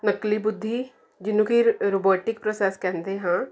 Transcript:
ਨਕਲੀ ਬੁੱਧੀ ਜਿਹਨੂੰ ਕਿ ਰਬੋਟਿਕ ਪ੍ਰੋਸੈਸ ਕਹਿੰਦੇ ਹਾਂ